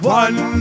one